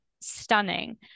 stunning